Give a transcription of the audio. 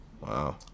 Wow